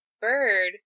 bird